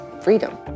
freedom